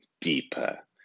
deeper